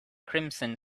crimson